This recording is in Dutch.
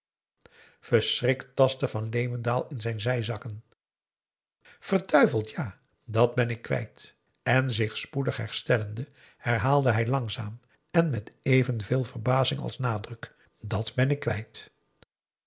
verschrikt tastte van leeuwendaal in zijn zijzakken duivels ja dat ben ik kwijt en zich spoedig herstellende herhaalde hij langzaam en met evenveel verbazing als nadruk dat ben ik kwijt